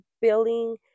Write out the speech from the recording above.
billing